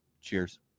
cheers